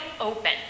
open